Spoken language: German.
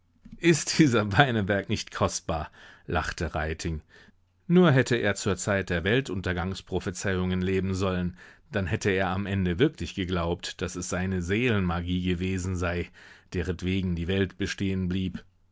ist dieser beineberg nicht kostbar lachte reiting nur hätte er zur zeit der weltuntergangsprophezeiungen leben sollen dann hätte er am ende wirklich geglaubt daß es seine seelenmagie gewesen sei deretwegen die welt bestehen blieb